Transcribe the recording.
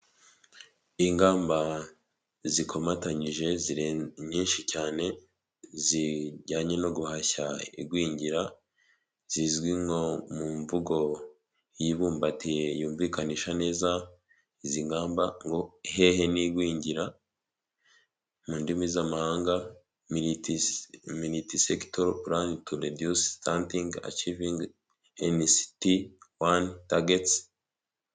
Ingamba zikomatanyije nyinshi cyane zijyanye no guhashya igwingira zizwi nko mu mvugo yi'bumbatiye yumvikanisha neza izi ngamba ngo hehe n'igwingira mu ndimi z'amahanga munitisegito pulani tureduyise satingi acive hemisiti wani tageti.